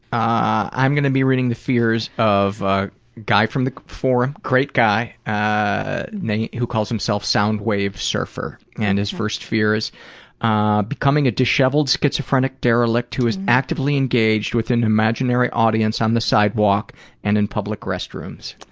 i'm going to be reading the fears of a guy from the forum, great guy, ah named, who calls himself sound waves surfer and his first fear is ah becoming a disheveled schizophrenic derelict who is actively engaged with an imaginary audience on the sidewalk and in public restrooms.